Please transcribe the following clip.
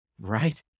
right